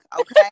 okay